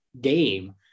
game